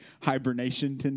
hibernation